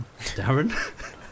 Darren